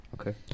Okay